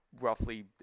roughly